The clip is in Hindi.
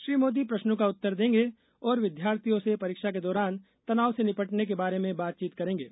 श्री मोदी प्रश्नों का उत्तर देंगे और विद्यार्थियों से परीक्षा के दौरान तनाव से निपटने के बारे में बातचीत करेंगे